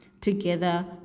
together